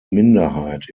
minderheit